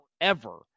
forever